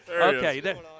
Okay